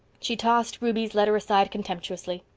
she tossed ruby's letter aside contemptuously.